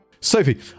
Sophie